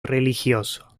religioso